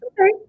Okay